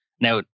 Now